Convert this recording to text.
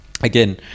Again